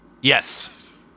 Yes